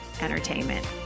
entertainment